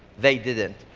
they didn't.